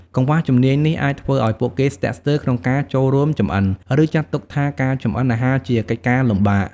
កង្វះជំនាញនេះអាចធ្វើឱ្យពួកគេស្ទាក់ស្ទើរក្នុងការចូលរួមចម្អិន ឬចាត់ទុកថាការចម្អិនអាហារជាកិច្ចការលំបាក ។